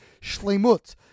shlemut